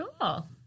cool